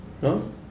no